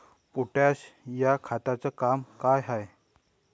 Potash या खताचं काम का हाय?